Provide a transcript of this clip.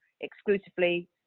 exclusively